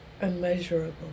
unmeasurable